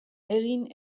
egin